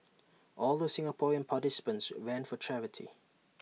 all the Singaporean participants ran for charity